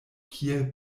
kiel